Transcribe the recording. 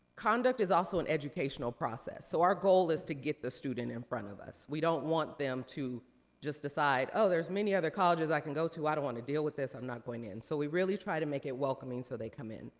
conduct is also an educational educational process. so our goal is to get the student in front of us. we don't want them to just decide, oh, there's many other colleges i can go to, i don't wanna deal with this, i'm not going in. so we really try to make it welcoming so they come in.